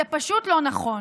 זה פשוט לא נכון.